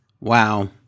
Wow